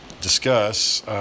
discuss